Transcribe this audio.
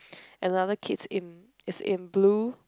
another kids in is in blue